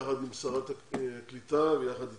יחד עם שרת הקליטה ויחד איתי,